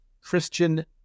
Christian